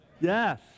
Yes